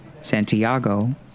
Santiago